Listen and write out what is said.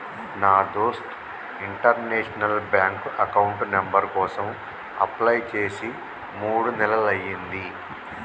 నా దోస్త్ international bank account number కోసం అప్లై చేసి మూడు నెలలయ్యింది